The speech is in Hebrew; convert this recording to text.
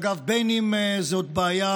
אגב, בין שזאת בעיה